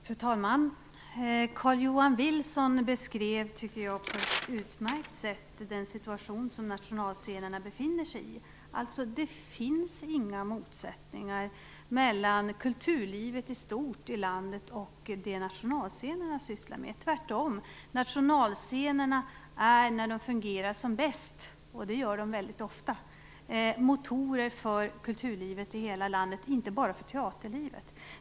Fru talman! Carl-Johan Wilson beskrev på ett utmärkt sätt den situation som nationalscenerna befinner sig i. Det finns inga motsättningar mellan kulturlivet i stort i landet och det nationalscenerna sysslar med, tvärtom. Nationalscenerna är när de fungerar som bäst, och det gör de väldigt ofta, motorer för kulturlivet i hela landet, och inte bara för teaterlivet.